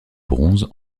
bronze